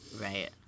Right